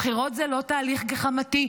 בחירות זה לא תהליך גחמתי,